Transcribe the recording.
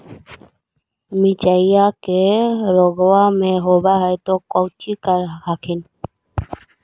मिर्चया मे रोग्बा होब है तो कौची कर हखिन?